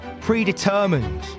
predetermined